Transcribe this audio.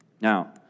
Now